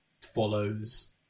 follows